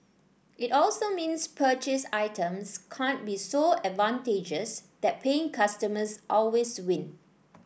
it also means purchased items can't be so advantageous that paying customers always win